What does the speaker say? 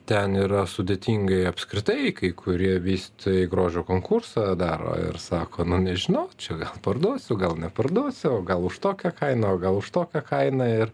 ten yra sudėtingai apskritai kai kurie vystytojai grožio konkursą daro ir sako nu nežinau čia gal parduosiu gal neparduosiu o gal už tokią kainą o gal už tokią kainą ir